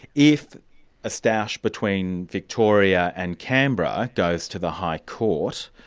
if a stoush between victoria and canberra goes to the high court,